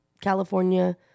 California